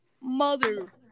mother